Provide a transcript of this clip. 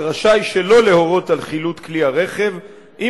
רשאי שלא להורות על חילוט כלי הרכב אם